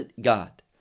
God